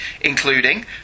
including